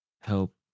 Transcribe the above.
help